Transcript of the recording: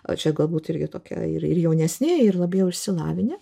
o čia galbūt irgi tokia ir ir jaunesni ir labiau išsilavinę